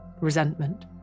Resentment